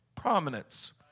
Prominence